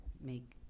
make